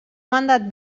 mandat